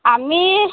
আমি